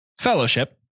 Fellowship